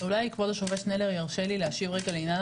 אולי כבוד השופט שנלר ירשה לי להשיב רגע לעניין